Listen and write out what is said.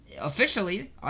officially